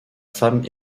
femme